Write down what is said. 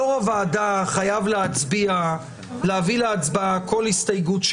יו"ר הוועדה חייב להביא להצבעה כל הסתייגות.